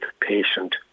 patient